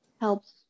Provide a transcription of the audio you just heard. helps